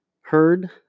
heard